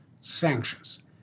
sanctions